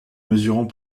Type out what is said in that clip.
mesurant